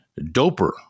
doper